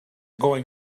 going